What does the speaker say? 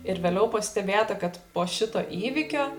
ir vėliau pastebėta kad po šito įvykio